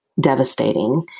devastating